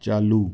चालू